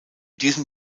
diesem